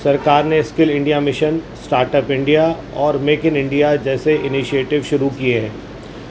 سرکار نے skill India mission start up India اور میک ان انڈیا جیسے انیشیٹو شروع کیے ہیں